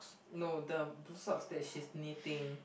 no the blue socks that she's knitting